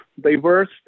diverse